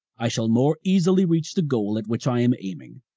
i shall more easily reach the goal at which i am aiming,